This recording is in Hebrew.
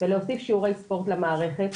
ולהוסיף שיעורי ספורט למערכת.